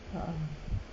ah ah